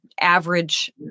average